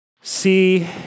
see